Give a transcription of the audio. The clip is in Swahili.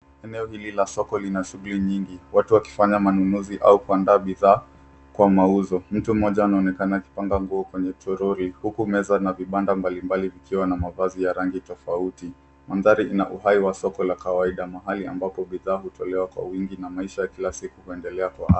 Eneo hili la soko lina shughuli nyingi watu wakifanya manunuzi au kuandaa bidhaa kwa mauzo mtu mmoja anaonekana akipanga nguo kwenye toroli huku meza na vibanda mbali mbali vikiwa na mavazi ya rangi tofauti mandhari ina uhai wa soko la kawaida mahali ambapo bidhaa hutolewa kwa wingi na maisha ya kile siku huendelea.